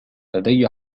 لدي